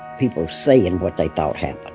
people saying what they thought happened.